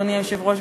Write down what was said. אדוני היושב-ראש,